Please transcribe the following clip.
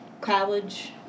college